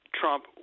Trump